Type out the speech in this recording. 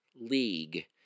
league